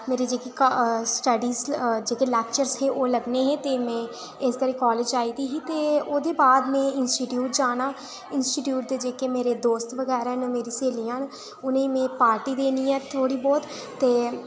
मेरी जेह्की स्टडी जेकर लेक्चर्स लग हे ते में कोलेज आई दी ही ते ओह्दे बा'द में इंस्टीट्यूट जाना ते इंस्टीट्यूट दे मेरे जेह्के दोस्त बगैरा न मेरी सेह्लियां न उ'नें गी में पार्टी देनी ऐ थोह्ड़ी बहुत ते